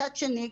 מצד שני,